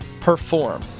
perform